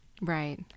Right